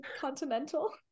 continental